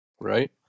right